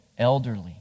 elderly